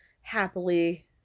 happily